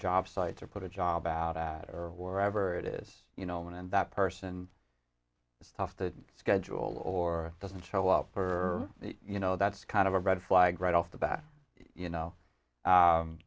job sites or put a job out ad or wherever it is you know when that person is tough to schedule or doesn't show up for you know that's kind of a red flag right off the bat you know